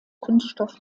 kunststoff